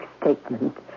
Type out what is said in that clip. statement